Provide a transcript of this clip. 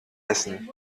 essen